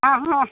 ಹಾಂ ಹಾಂ